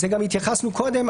התייחסנו לזה גם קודם,